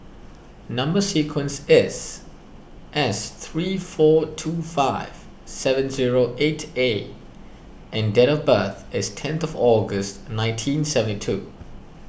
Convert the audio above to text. Number Sequence is S three four two five seven zero eight A and date of birth is tenth of August nineteen seventy two